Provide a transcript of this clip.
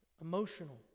emotional